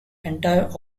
entire